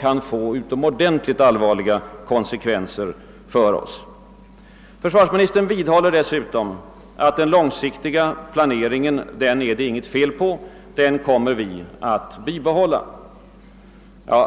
kan medföra utomordentligt allvarliga konsekvenser för oss. Försvarsministern vidhåller dessutom att det inte är något fel på den långsiktiga planeringen och att vi kommer att bibehålla den.